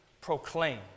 proclaim